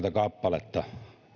kappaletta